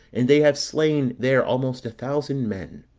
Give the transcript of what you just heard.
and they have slain there almost a thousand men.